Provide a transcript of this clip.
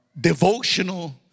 devotional